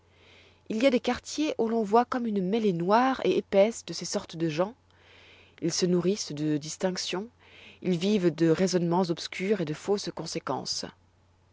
il y a des quartiers où l'on voit comme une mêlée noire et épaisse de ces sortes de gens ils se nourrissent de distinctions ils vivent de raisonnements et de fausses conséquences